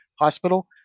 hospital